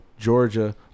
Georgia